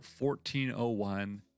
1401